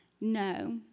No